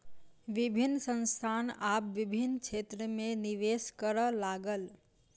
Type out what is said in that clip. विभिन्न संस्थान आब विभिन्न क्षेत्र में निवेश करअ लागल